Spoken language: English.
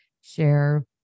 share